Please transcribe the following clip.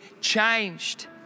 changed